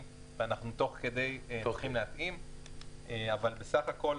שאנחנו תוך-כדי הולכים להקים אבל בסך הכול,